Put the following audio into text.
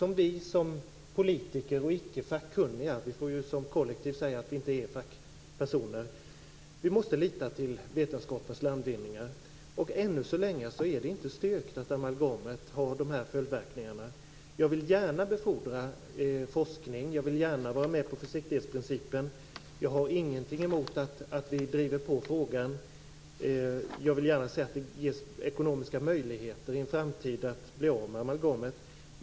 Vi får som politiker och icke-fackkunniga - vi får ju som kollektiv säga att vi inte är fackpersoner - lita till vetenskapens landvinningar. Ännu så länge är det inte styrkt att amalgamet har dessa följdverkningar. Jag vill gärna befordra forskning och vara med på försiktighetsprincipen. Jag har ingenting emot att vi driver på frågan. Jag vill gärna se att det ges ekonomiska möjligheter i framtiden att bli av med amalgamet.